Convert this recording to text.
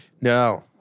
No